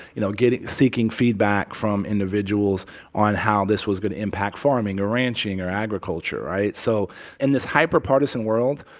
you know, getting seeking feedback from individuals on how this was going to impact farming or ranching or agriculture, right? so in this hyperpartisan world,